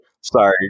sorry